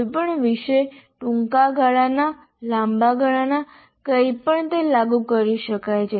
કોઈપણ વિષય ટૂંકા ગાળાના લાંબા ગાળાના કંઈપણ તે લાગુ કરી શકાય છે